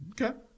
okay